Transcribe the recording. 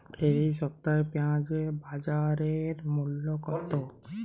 এ সপ্তাহে পেঁয়াজের বাজার মূল্য কত?